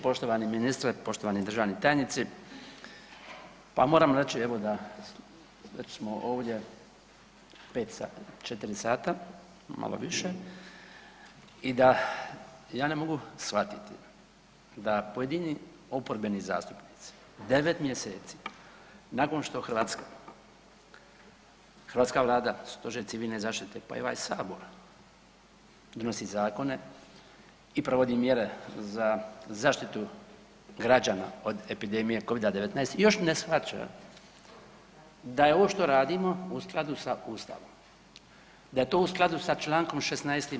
Poštovani ministre, poštovani državni tajnici, pa moram reći evo da već smo ovdje 5 sati, 4 sata, malo više i da ja ne mogu shvatiti da pojedini oporbeni zastupnici 9 mjeseci nakon što Hrvatska, hrvatska Vlada, Stožer civilne zaštite pa i ovaj sabor donosi zakone i provodi mjere za zaštitu građana od epidemije Covida-19 i još ne shvaća da je ovo što radimo u skladu sa Ustavom, da je to u skladu sa Člankom 16.